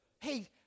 hey